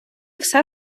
все